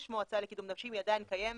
יש מועצה לקידום נשים, היא עדיין קיימת.